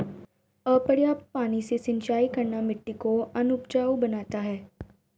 अपर्याप्त पानी से सिंचाई करना मिट्टी को अनउपजाऊ बनाता है